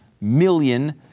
million